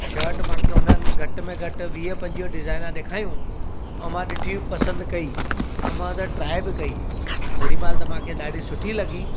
shirt मूंखे हुननि घटि में घटि वीह पंजुवीह डिज़ाइना ॾेखायूं ऐं मां ॾिठी पसंदि कई ऐं मां त ट्राए बि कई होड़ीमहिल त मूंखे ॾाढी सुठी लॻी